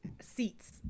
seats